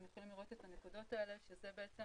אתם יכולים לראות את הנקודות האלה שהן בעצם